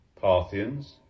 Parthians